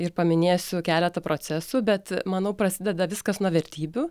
ir paminėsiu keletą procesų bet manau prasideda viskas nuo vertybių